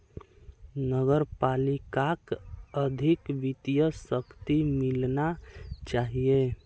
नगर पालिकाक अधिक वित्तीय शक्ति मिलना चाहिए